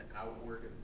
outward